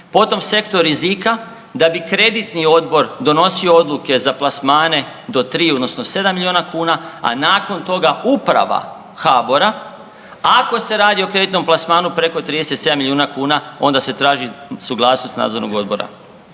potom sektor rizika, da bi kreditni odbor donosio odluke za plasmane do 3 odnosno 7 miliona kuna, a nakon toga uprava HABOR-a, ako se radi o kreditnom plasmanu preko 37 miliona kuna onda se traži suglasnost nadzornog odbora.